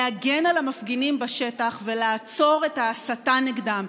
להגן על המפגינים בשטח ולעצור את הסתה נגדם,